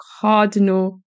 cardinal